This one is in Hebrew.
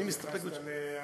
לא התייחסת להצעה